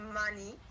money